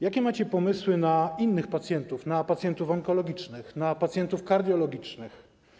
Jakie macie pomysły na innych pacjentów, na pacjentów onkologicznych, na pacjentów kardiologicznych?